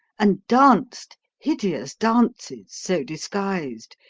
and danced hideous dances, so disguised,